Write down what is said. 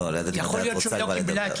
יכול להיות שהיא לא קיבלה,